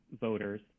voters